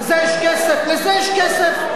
לזה יש כסף?